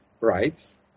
rights